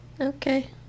Okay